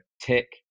tick